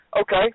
Okay